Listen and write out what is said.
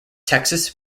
texas